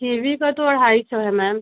kiwi का तो अढ़ाई सौ है मैम